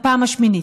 בפעם השמינית.